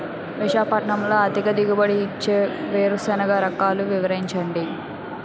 విశాఖపట్నంలో అధిక దిగుబడి ఇచ్చే వేరుసెనగ రకాలు వివరించండి?